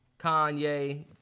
Kanye